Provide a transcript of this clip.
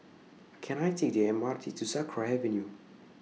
Can I Take The M R T to Sakra Avenue